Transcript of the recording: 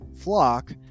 flock